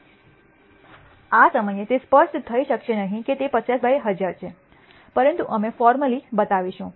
આ સમયે તે સ્પષ્ટ થઈ શકશે નહીં કે તે 50 બાય 1000 છે પરંતુ અમે આ ફોર્મલી બતાવીશું